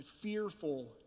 fearful